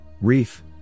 Reef